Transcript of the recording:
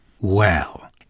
Well